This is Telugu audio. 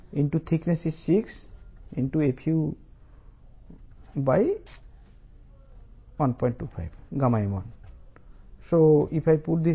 3 కిలో న్యూటన్ అవుతుంది మరియు ఈ 67